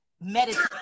medicine